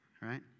Right